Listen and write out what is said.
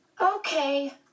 Okay